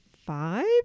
five